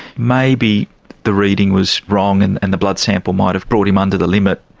maybe the reading was wrong and and the blood sample might have brought him under the limit.